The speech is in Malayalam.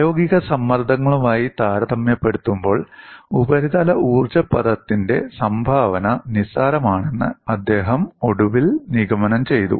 പ്രായോഗിക സമ്മർദ്ദങ്ങളുമായി താരതമ്യപ്പെടുത്തുമ്പോൾ ഉപരിതല ഊർജ്ജ പദത്തിന്റെ സംഭാവന നിസാരമാണെന്ന് അദ്ദേഹം ഒടുവിൽ നിഗമനം ചെയ്തു